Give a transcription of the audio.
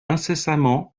incessamment